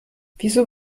wieso